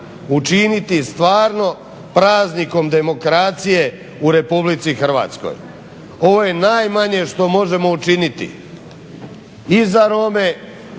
učiniti stvarno praznikom demokracije u Republici Hrvatskoj. Ovo je najmanje što možemo učiniti i za Rome